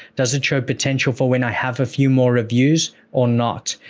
does it show potential for when i have a few more reviews or not?